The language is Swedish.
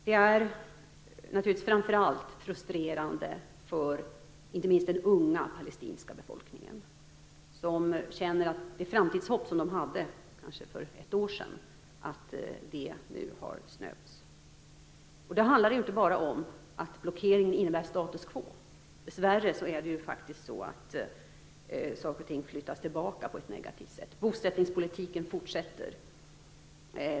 Det är naturligtvis frustrerande för inte minst den unga palestinska befolkningen som känner att det framtidshopp som den för ett år sedan hade nu har snöpts. Det handlar inte bara om att blockeringen innebär status quo, dessvärre flyttas saker och ting tillbaka på ett negativt sätt. Bosättningspolitiken fortsätter.